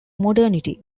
modernity